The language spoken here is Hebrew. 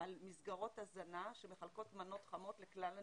על מסגרות הזנה שמחלקות מנות חמות לכלל הנזקקים.